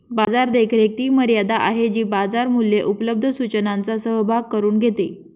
बाजार देखरेख ती मर्यादा आहे जी बाजार मूल्ये उपलब्ध सूचनांचा सहभाग करून घेते